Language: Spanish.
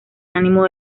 ánimo